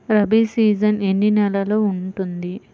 Rabi season ఎన్ని నెలలు ఉంటుంది?